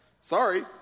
sorry